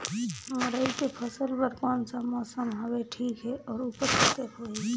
मुरई के फसल बर कोन सा मौसम हवे ठीक हे अउर ऊपज कतेक होही?